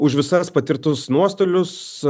už visas patirtus nuostolius